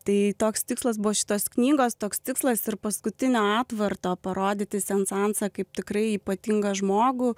tai toks tikslas buvo šitos knygos toks tikslas ir paskutinio atvarto parodyti sensansą kaip tikrai ypatingą žmogų